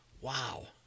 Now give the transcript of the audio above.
wow